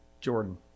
Jordan